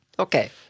Okay